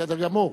בסדר גמור.